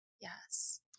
Yes